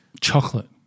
Chocolate